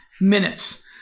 minutes